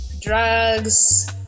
Drugs